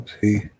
See